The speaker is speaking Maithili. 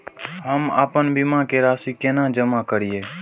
हम आपन बीमा के राशि केना जमा करिए?